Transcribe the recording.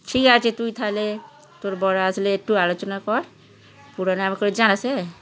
ঠিক আছে তুই তাহলে তোর বর আসলে একটু আলোচনা কর পরে না হয় আমাকে জানাস হ্যাঁ